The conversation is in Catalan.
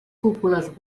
cúpules